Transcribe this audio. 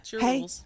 Hey